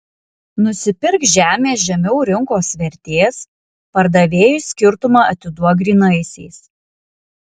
nusipirk žemės žemiau rinkos vertės pardavėjui skirtumą atiduok grynaisiais